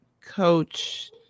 coach